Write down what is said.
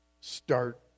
Start